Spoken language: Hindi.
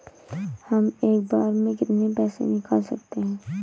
हम एक बार में कितनी पैसे निकाल सकते हैं?